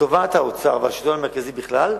לטובת האוצר והשלטון המרכזי בכלל,